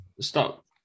Stop